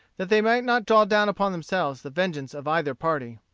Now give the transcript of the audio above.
that they might not draw down upon themselves the vengeance of either party.